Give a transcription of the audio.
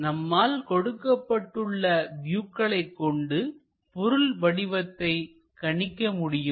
நம்மால் கொடுக்கப்பட்டுள்ள வியூக்களை கொண்டு பொருள் வடிவத்தை கணிக்க முடியுமா